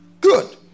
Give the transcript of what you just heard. Good